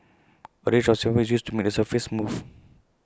A range of sandpaper is used to make the surface smooth